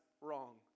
wrong